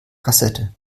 kassette